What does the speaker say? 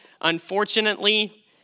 Unfortunately